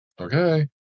Okay